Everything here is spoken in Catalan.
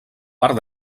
part